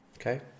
Okay